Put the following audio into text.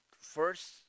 first